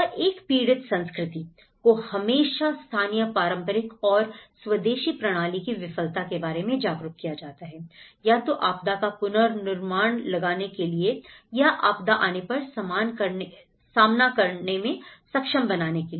और एक पीड़ित संस्कृति को हमेशा स्थानीय पारंपरिक और स्वदेशी प्रणाली की विफलता के बारे में जागरूक किया जाता है या तो आपदा का पूर्वानुमान लगाने के लिए या आपदा आने पर सामना करने में सक्षम बनाने के लिए